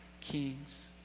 kings